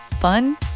fun